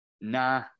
nah